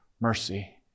mercy